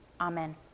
Amen